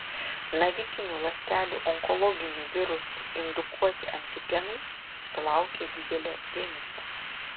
navikinių ląstelių onkologinių virusų indukuoti antigenai susilaukė didelio dėmesio